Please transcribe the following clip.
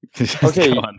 okay